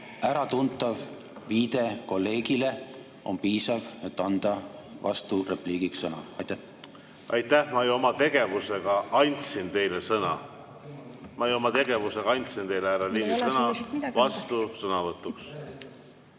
äratuntav viide kolleegile on piisav, et anda vasturepliigiks sõna? Aitäh! Ma ju oma tegevusega andsin teile sõna. Ma ju oma tegevusega andsin teile, härra Ligi, sõna vastusõnavõtuks.